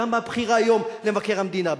גם בבחירה היום למבקר המדינה,